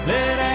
Let